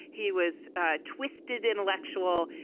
he was a twisted intellectual.